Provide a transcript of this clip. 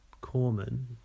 Corman